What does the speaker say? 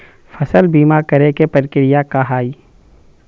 फसल बीमा करे के प्रक्रिया का हई?